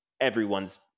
everyone's